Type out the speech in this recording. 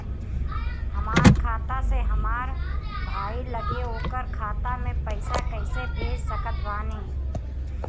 हमार खाता से हमार भाई लगे ओकर खाता मे पईसा कईसे भेज सकत बानी?